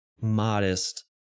modest